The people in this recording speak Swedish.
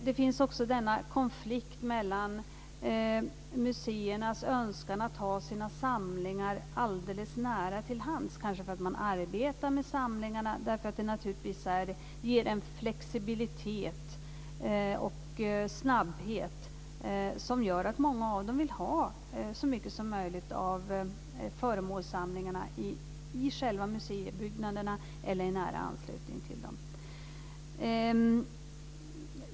Det finns också en konflikt med museernas önskan att ha sina samlingar nära till hands, kanske därför att man arbetar med dem och naturligtvis därför att det ger en flexibilitet och snabbhet som gör att många vill ha så mycket som möjligt av föremålssamlingarna i själva museibyggnaderna eller i nära anslutning till dem.